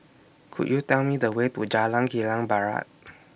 Could YOU Tell Me The Way to Jalan Kilang Barat